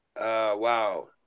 Wow